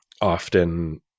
often